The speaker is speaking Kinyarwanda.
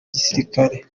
gisirikare